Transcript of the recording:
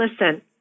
listen